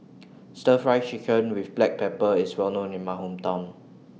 Stir Fried Chicken with Black Pepper IS Well known in My Hometown